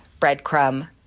breadcrumb